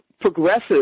progressive